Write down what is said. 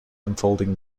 unfolding